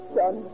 son